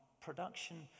production